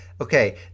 Okay